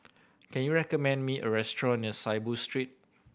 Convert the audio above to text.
can you recommend me a restaurant near Saiboo Street